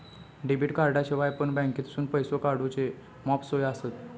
debit कार्डाशिवाय पण बँकेतसून पैसो काढूचे मॉप सोयी आसत